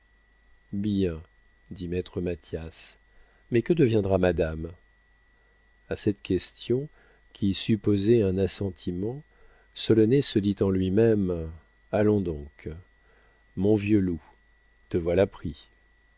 bien dit maître mathias mais que deviendra madame a cette question qui supposait un assentiment solonet se dit en lui-même allons donc mon vieux loup te voilà pris